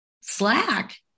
slack